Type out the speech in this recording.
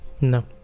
No